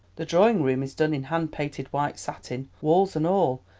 the drawing-room is done in hand-painted white satin, walls and all,